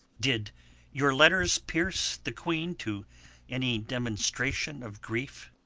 did your letters pierce the queen to any demonstration of grief?